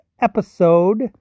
episode